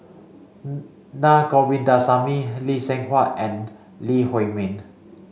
Naa Govindasamy Lee Seng Huat and Lee Huei Min